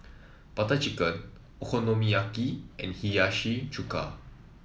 Butter Chicken Okonomiyaki and Hiyashi Chuka